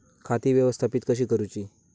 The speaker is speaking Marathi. खाती व्यवस्थापित कशी करूची?